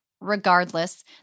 regardless